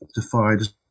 defined